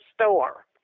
store